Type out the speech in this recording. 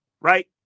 right